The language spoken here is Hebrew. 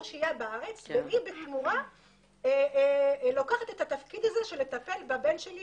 שהייה בארץ והיא בתמורה לוקחת את התפקיד הזה של טיפול בבן שלי